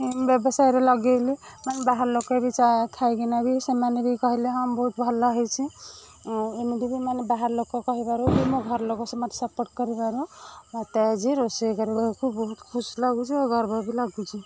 ବ୍ୟବସାୟରେ ଲଗେଇଲି ମାନେ ବାହାର ଲୋକ ବି ଚା ଖାଇକିନା ବି ସେମାନେ ବି କହିଲେ ହଁ ବହୁତ ଭଲ ହେଇଛି ଆଉ ଏମିତି ମାନେ ବାହାର ଲୋକ କହିବାରୁ ମୋ ଘର ଲୋକ ମତେ ସବୁ ସପୋର୍ଟ କରିବାରୁ ମତେ ଆଜି ରୋଷେଇ କରିବାକୁ ବହୁତ ଖୁସି ଲାଗୁଛି ଆଉ ଗର୍ବ ବି ଲାଗୁଛି